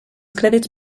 crèdits